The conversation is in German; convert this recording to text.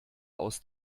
aus